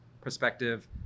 perspective